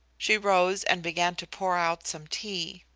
she rose and began to pour out some tea.